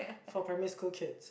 for primary school kid